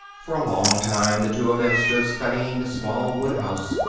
for a long time the two of them stood studying the small wood house,